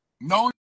No